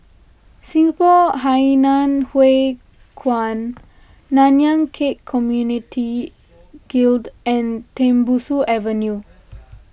Singapore Hainan Hwee Kuan Nanyang Khek Community Guild and Tembusu Avenue